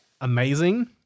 Amazing